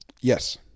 Yes